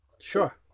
Sure